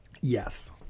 Yes